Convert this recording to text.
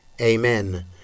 Amen